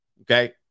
Okay